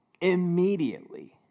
Immediately